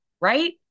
right